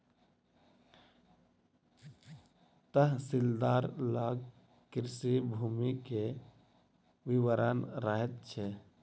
तहसीलदार लग कृषि भूमि के विवरण रहैत छै